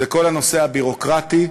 זה כל הנושא הביורוקרטי,